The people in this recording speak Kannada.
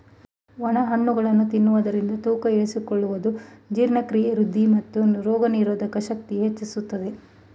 ಒಣ ಹಣ್ಣುಗಳನ್ನು ತಿನ್ನುವುದರಿಂದ ತೂಕ ಇಳಿಸಿಕೊಳ್ಳುವುದು, ಜೀರ್ಣಕ್ರಿಯೆ ವೃದ್ಧಿ, ಮತ್ತು ರೋಗನಿರೋಧಕ ಶಕ್ತಿ ಹೆಚ್ಚಿಸುತ್ತದೆ